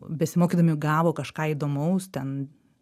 besimokydami gavo kažką įdomaus ten